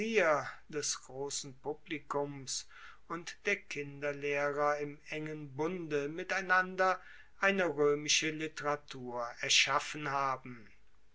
des grossen publikums und der kinderlehrer im engen bunde miteinander eine roemische literatur erschaffen haben